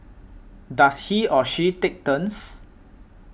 does he or she take turns